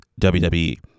WWE